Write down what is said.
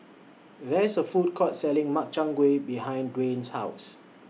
There IS A Food Court Selling Makchang Gui behind Dwain's House